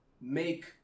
make